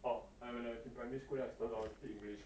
oh I when I was in primary school then I started I would speak english